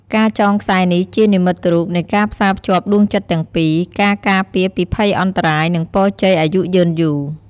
ការចងខ្សែនេះជានិមិត្តរូបនៃការផ្សាភ្ជាប់ដួងចិត្តទាំងពីរ ការការពារពីភ័យអន្តរាយ និងពរជ័យអាយុយឺនយូរ។